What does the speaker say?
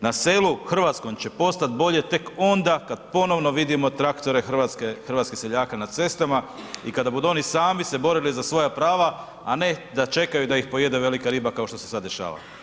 Na selu, hrvatskom, će postati bolje tek onda kad ponovno vidimo traktore hrvatskih seljaka na cestama i kada budu oni sami se borili za svoja prava, a ne da čekaju da ih pojede velika riba kao što se sad dešava.